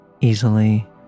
easily